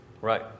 Right